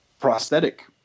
prosthetic